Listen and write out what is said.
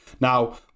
Now